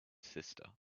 sister